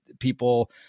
people